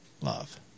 love